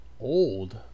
old